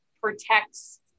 protects